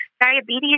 diabetes